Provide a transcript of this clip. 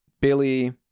Billy